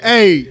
Hey